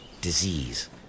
disease